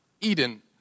Eden